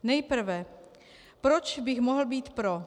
Nejprve proč bych mohl být pro.